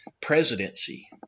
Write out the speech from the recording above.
presidency